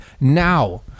now